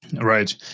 Right